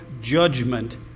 judgment